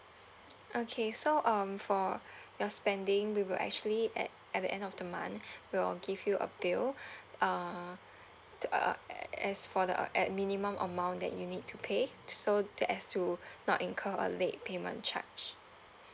okay so um for your spending we will actually at at the end of the month we'll give you a bill uh th~ uh as for the uh at minimum amount that you need to pay so that as to not incur a late payment charge